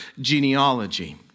genealogy